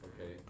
okay